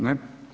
Ne.